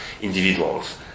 individuals